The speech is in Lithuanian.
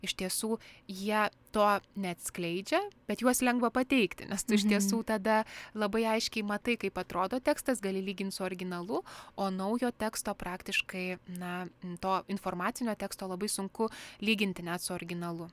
iš tiesų jie to neatskleidžia bet juos lengva pateikti nes tu iš tiesų tada labai aiškiai matai kaip atrodo tekstas gali lygint su originalu o naujo teksto praktiškai na to informacinio teksto labai sunku lyginti net su originalu